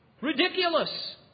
Ridiculous